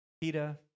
Peter